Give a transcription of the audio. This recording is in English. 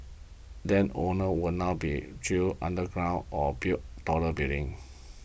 land owners will now be drill underground or build taller buildings